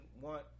want